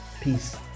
Peace